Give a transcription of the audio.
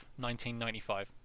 1995